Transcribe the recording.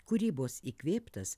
kūrybos įkvėptas